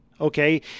okay